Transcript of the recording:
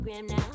Now